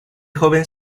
joven